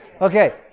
Okay